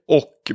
och